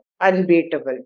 unbeatable